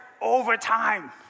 overtime